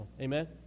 Amen